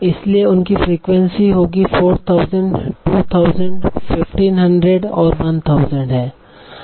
इसलिए उनकी फ्रीक्वेंसी होगी 4000 2000 1500 और 1000 है